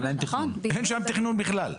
אין שם תכנון בכלל,